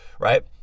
right